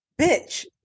Bitch